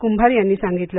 कुंभार यांनी सांगितले